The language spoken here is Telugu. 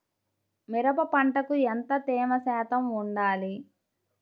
మిరప పంటకు ఎంత తేమ శాతం వుండాలి?